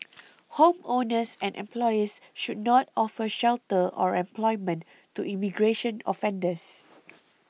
homeowners and employers should not offer shelter or employment to immigration offenders